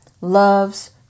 loves